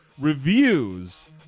reviews